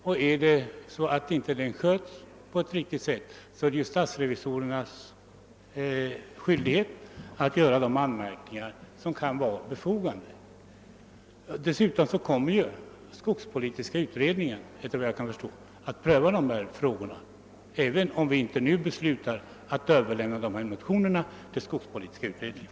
Om den inte sköts på ett riktigt sätt, är det revisorernas skyldighet att göra de anmärkningar som kan vara befogade. Dessutom kommer skogspolitiska utred ningen, enligt vad jag kan förstå, att pröva dessa frågor, även om vi inte nu beslutar att överlämna motionerna till utredningen.